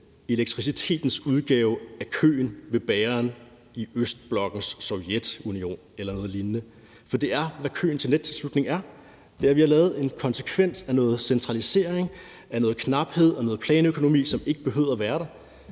elektricitetens udgave af køen ved bageren i østblokkens Sovjetunion eller noget lignende. For det er sådan, køen til nettilslutningen er. Vi har taget en konsekvens af, at der var noget centralisering, noget knaphed og noget planøkonomi, som ikke behøvede at være der,